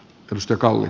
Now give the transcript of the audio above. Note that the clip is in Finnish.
risto kalle